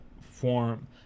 form